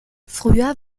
früher